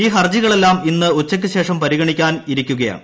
ഈ ഹർജികളെല്ലാം ഇന്ന് ഉച്ചയ്ക്ക് ശേഷം പരിഗണിക്കാനിരിക്കുകയാണ്